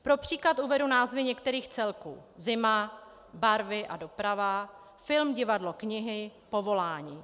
Pro příklad uvedu názvy některých celků: zima, barvy a doprava, film, divadlo, knihy, povolání.